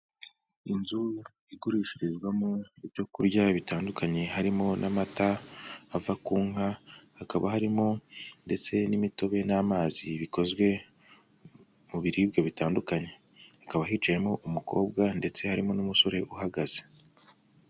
Inzu igurishirizwamo ibyo kurya bitandukanye harimo n'amata ava ku nka, hakaba harimo ndetse n'imitobe n'amazi bikozwe mu biribwa bitandukanye, hakaba hicayemo umukobwa ndetse harimo n'umusore uhagaze.